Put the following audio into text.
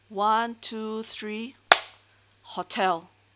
one two three hotel